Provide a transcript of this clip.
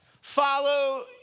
follow